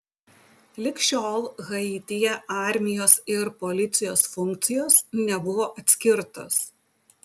lig šiol haityje armijos ir policijos funkcijos nebuvo atskirtos